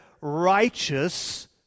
righteous